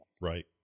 Right